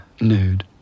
nude